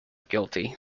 guilty